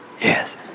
Yes